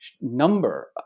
number